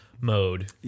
mode